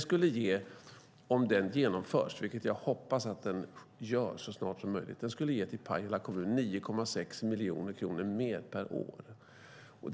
Om detta genomförs, vilket jag hoppas att det gör så snart som möjligt, skulle det ge 9,6 miljoner kronor mer till Pajala kommun per år.